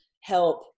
help